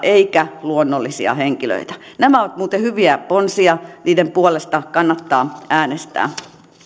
eikä luonnollisia henkilöitä nämä ovat muuten hyviä ponsia niiden puolesta kannattaa äänestää